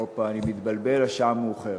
הופה, אני מתבלבל, השעה מאוחרת: